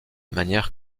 manière